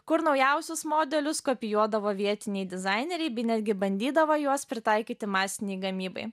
kur naujausius modelius kopijuodavo vietiniai dizaineriai bei netgi bandydavo juos pritaikyti masinei gamybai